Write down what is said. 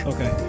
Okay